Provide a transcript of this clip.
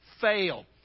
fail